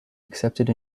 accepted